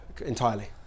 Entirely